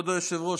כבוד היושב-ראש,